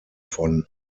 von